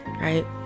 right